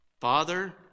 Father